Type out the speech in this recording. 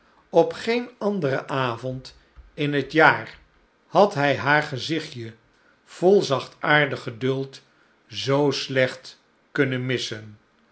op geen anderen avond in het jaar had hij haar gezichtje vol zachtaardig geduld zoo slecht kunnen missen